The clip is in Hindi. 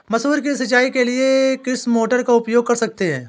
मसूर की सिंचाई के लिए किस मोटर का उपयोग कर सकते हैं?